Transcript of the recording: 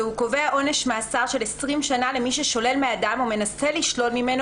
והוא קובע עונש מאסר של 20 שנה למי ששולל מאדם או מנסה לשלול ממנו